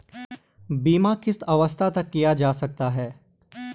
बीमा किस अवस्था तक किया जा सकता है?